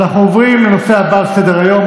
אנחנו עוברים לנושא הבא על סדר-היום,